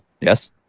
Yes